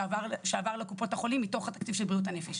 שעברו לקופות החולים מתוך התקציב של בריאות הנפש.